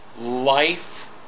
life